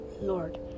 Lord